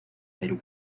perú